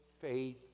faith